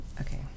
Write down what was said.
Okay